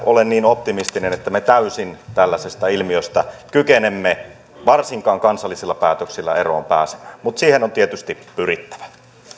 ole niin optimistinen että me täysin tällaisesta ilmiöstä kykenemme varsinkaan kansallisilla päätöksillä eroon pääsemään mutta siihen on tietysti pyrittävä